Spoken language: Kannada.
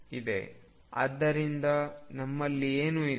ಆದ್ದರಿಂದ ನಮ್ಮಲ್ಲಿ ಏನು ಇದೆ